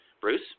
Bruce